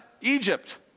Egypt